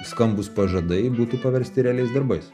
skambūs pažadai būtų paversti realiais darbais